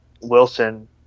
Wilson